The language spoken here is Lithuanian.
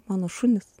mano šunys